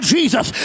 Jesus